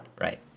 Right